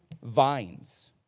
vines